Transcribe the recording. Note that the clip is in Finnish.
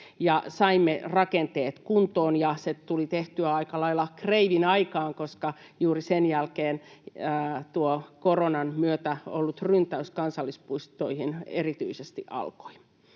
saimme rakenteet kuntoon. Se tuli tehtyä aika lailla kreivin aikaan, koska juuri sen jälkeen tuo koronan myötä ollut ryntäys kansallispuistoihin erityisesti alkoi.